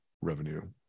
revenue